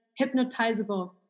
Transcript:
hypnotizable